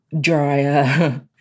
drier